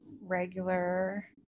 regular